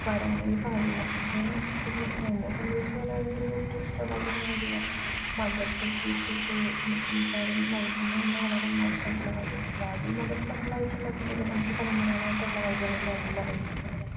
വരാനെ പാടില്ല ഇപ്പം എന്നെ സംബന്ധിച്ച് പറയുകയാണെങ്കിൽ എനിക്കൊട്ടും ഇഷ്ടമില്ലാത്തൊരു കാര്യമാണ് മതത്തെക്കുറിച്ചിട്ട് സംസാരം നടത്തുന്നത് തന്നെ വളരെ മോശമായിട്ടുള്ള കാര്യാ അപ്പം ജാതി മതപ്പ നമ്മളായിട്ടുണ്ടാക്കുന്നതല്ല നമുക്ക് തലമുറകളായിട്ടുള്ള കാര്യമാണ് ജാതി മതമെന്നൊക്കെ പറയണത്